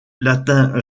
latin